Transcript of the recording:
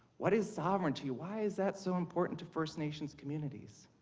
what is sovereignty? why is that so important to first nation communities?